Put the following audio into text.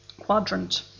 quadrant